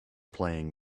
playing